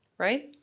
right?